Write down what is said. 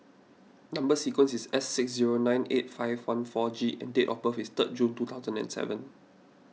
Number Sequence is S six zero nine eight five one four G and date of birth is third June two count and seven